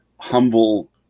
humble